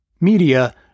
media